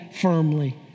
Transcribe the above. firmly